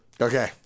Okay